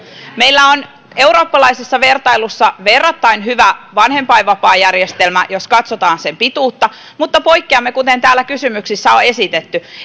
meillä on eurooppalaisessa vertailussa verrattain hyvä vanhempainvapaajärjestelmä jos katsotaan sen pituutta mutta poikkeamme kuten täällä kysymyksissä on esitetty